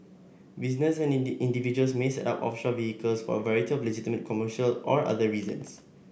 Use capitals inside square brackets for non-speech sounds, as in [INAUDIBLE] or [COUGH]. businesses and [UNINTELLIGIBLE] individuals may set up offshore vehicles for a variety of legitimate commercial or other reasons